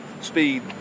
speed